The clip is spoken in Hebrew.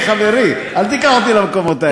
אלי, חברי, אל תיקח אותי למקומות האלה.